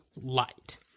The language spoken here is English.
light